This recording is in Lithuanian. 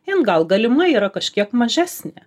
jiem gal galima yra kažkiek mažesnė